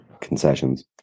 concessions